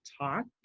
talk